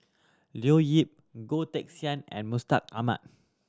Leo Yip Goh Teck Sian and Mustaq Ahmad